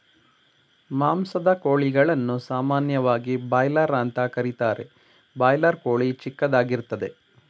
ಮಾಂಸದ ಕೋಳಿಗಳನ್ನು ಸಾಮಾನ್ಯವಾಗಿ ಬಾಯ್ಲರ್ ಅಂತ ಕರೀತಾರೆ ಬಾಯ್ಲರ್ ಕೋಳಿ ಚಿಕ್ಕದಾಗಿರ್ತದೆ